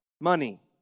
money